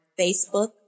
Facebook